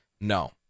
No